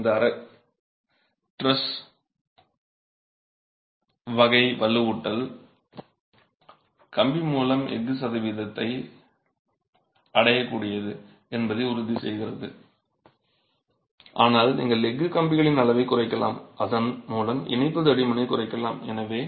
இப்போது இந்த டிரஸ் வகை வலுவூட்டல் கம்பி மூலம் எஃகு சதவீதத்தை அடையக்கூடியது என்பதை உறுதி செய்கிறது ஆனால் நீங்கள் எஃகு கம்பிகளின் அளவைக் குறைக்கலாம் அதன் மூலம் இணைப்பு தடிமனைக் குறைக்கலாம்